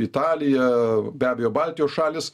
italija be abejo baltijos šalys